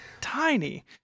tiny